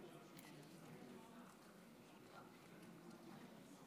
(חותם על ההצהרה)